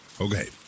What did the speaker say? Okay